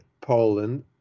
Poland